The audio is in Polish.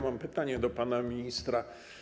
Mam pytanie do pana ministra.